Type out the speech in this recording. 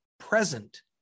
present